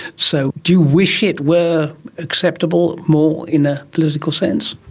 so do you wish it were acceptable more in a political sense?